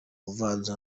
uvanze